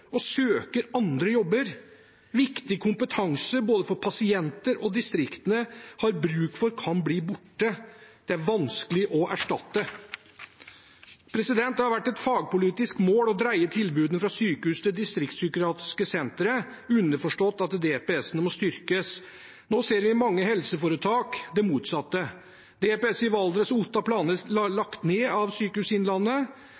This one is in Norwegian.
og søker andre jobber. Viktig kompetanse både pasienter og distriktene har bruk for, kan bli borte. Det er vanskelig å erstatte. Det har vært et fagpolitisk mål å dreie tilbudene fra sykehus til distriktspsykiatriske sentre, underforstått at DPS-ene må styrkes. Nå ser vi i mange helseforetak det motsatte. DPS i Valdres